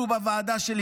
אנחנו בוועדה שלי,